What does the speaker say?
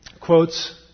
quotes